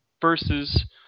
versus